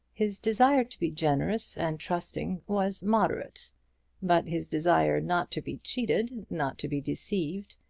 his desire to be generous and trusting was moderate but his desire not to be cheated, not to be deceived,